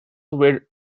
were